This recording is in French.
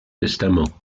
testament